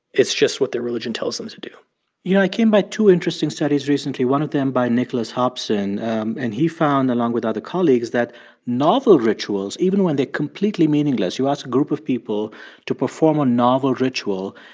it's just what their religion tells them to do you know, i came by two interesting studies recently, one of them by nicholas hobson. and he found, along with other colleagues, that novel rituals, even when they are completely meaningless you ask a group of people to perform a novel ritual,